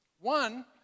One